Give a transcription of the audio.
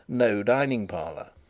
no dining-parlour.